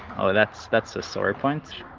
oh that's that's a story point,